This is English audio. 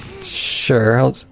Sure